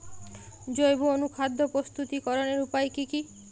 জৈব অনুখাদ্য প্রস্তুতিকরনের উপায় কী কী?